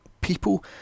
people